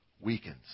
weakens